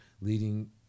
leading